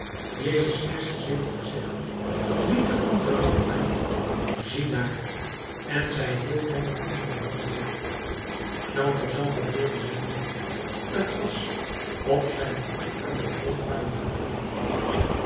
jezus christus heeft gezegd biedt de andere wang aan ziedaar en zij hield hem de andere wang toe jean valjean verroerde zich niet t was of zijn voeten aan den grond waren gekleefd